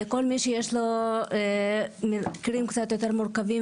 כל מי שיש לו מקרים קצת יותר מורכבים